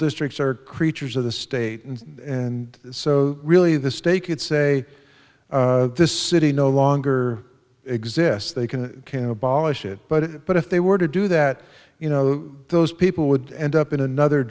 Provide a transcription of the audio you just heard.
districts are creatures of the state and so really the state could say this city no longer exists they can can abolish it but but if they were to do that you know those people would end up in another